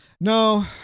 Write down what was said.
No